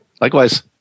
Likewise